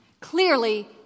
Clearly